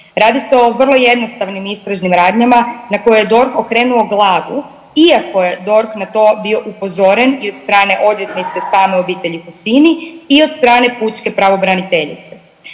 Radi se o vrlo jednostavnim istražnim radnjama na koje je DORH okrenuo glavu iako je DORH na to bio upozoren i od strane odvjetnice same obitelji Husini i od strane pučke pravobraniteljice.